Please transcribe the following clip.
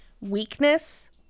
weakness